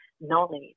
knowledge